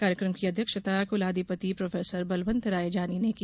कार्यक्रम की अध्यक्षता कुलाधिपति प्रोफेसर बलवन्त राय जानी ने की